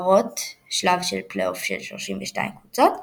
ב-4 באוקטובר 2016 הכריזה